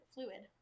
Fluid